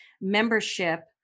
membership